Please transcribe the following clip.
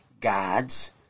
gods